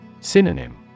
Synonym